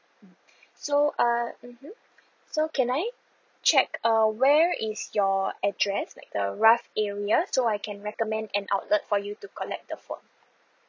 so uh mmhmm so can I check uh where is your address like the rough area so I can recommend an outlet for you to collect the phone